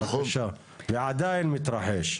בבקשה, ועדיין מתרחש.